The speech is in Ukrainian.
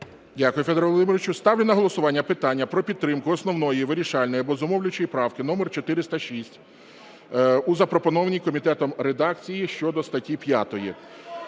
Дякую, Федоре Володимировичу. Ставлю на голосування питання про підтримку основної, вирішальної або зумовлюючої правки номер 406 у запропонованій комітетом редакції щодо статті 5.